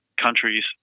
countries